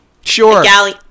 sure